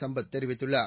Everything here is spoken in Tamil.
சம்பத் தெரிவித்துள்ளார்